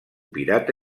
pirata